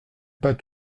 pas